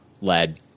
led